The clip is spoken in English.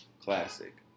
Classic